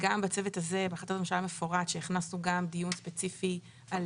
בהחלטת הממשלה מפורט שהכנסנו גם דיון ספציפי על